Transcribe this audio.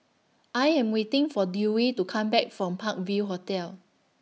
I Am waiting For Dewey to Come Back from Park View Hotel